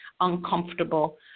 uncomfortable